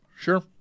Sure